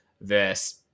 versus